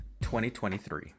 2023